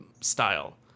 style